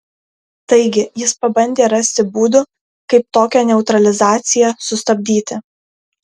taigi jis pabandė rasti būdų kaip tokią neutralizaciją sustabdyti